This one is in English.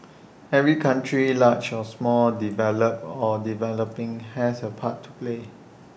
every country large or small developed or developing has A part to play